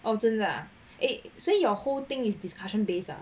哦真的 ah eh 所以 your whole thing is discussion based ah